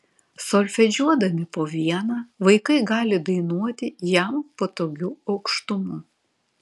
solfedžiuodami po vieną vaikai gali dainuoti jam patogiu aukštumu